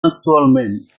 actualment